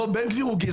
לא, בן גביר הוא גזען.